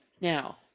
Now